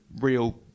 real